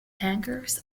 hangers